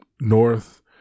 north